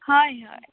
हय हय